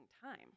time